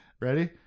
Ready